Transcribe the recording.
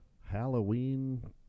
Halloween